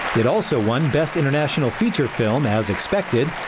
it also won best international feature film as expected.